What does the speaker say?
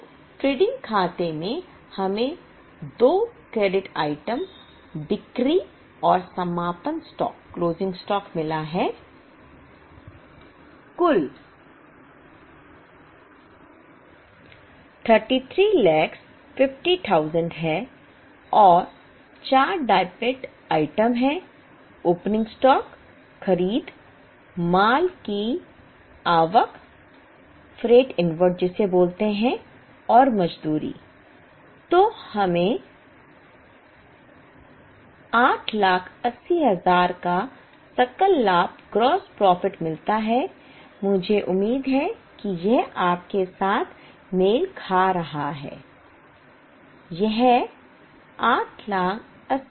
तो ट्रेडिंग खाते में हमें दो क्रेडिट आइटम बिक्री और समापन स्टॉक मिलता है मुझे उम्मीद है कि यह आपके साथ मेल खा रहा है